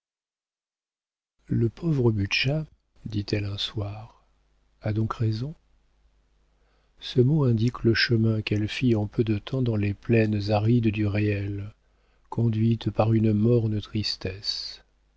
le pauvre butscha dit-elle un soir a donc raison ce mot indique le chemin qu'elle fit en peu de temps dans les plaines arides du réel conduite par une morne tristesse